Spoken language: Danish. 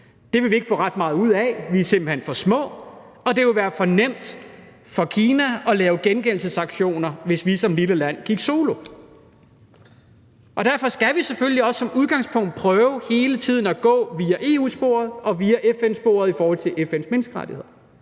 det ville vi ikke få ret meget ud af; vi er simpelt hen for små, og det ville være for nemt for Kina at lave gengældelsesaktioner, hvis vi som lille land gik solo. Derfor skal vi selvfølgelig også som udgangspunkt prøve hele tiden at gå via EU-sporet og via FN-sporet i forhold til FN's menneskerettigheder.